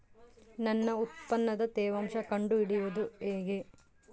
ನನ್ನ ಉತ್ಪನ್ನದ ತೇವಾಂಶ ಕಂಡು ಹಿಡಿಯುವುದು ಹೇಗೆ?